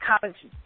college